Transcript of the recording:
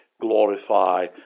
glorify